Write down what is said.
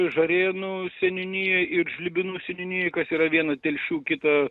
žarėnų seniūnijoj ir žlibinų seniūnijoj kas yra viena telšių kita